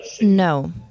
No